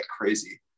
crazy